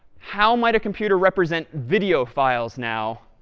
how might a computer represent video files now